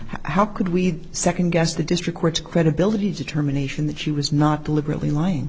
how could we second guess the district credibility determination that she was not deliberately lyin